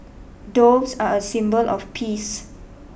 doves are a symbol of peace